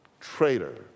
Traitor